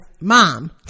Mom